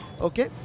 Okay